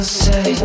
say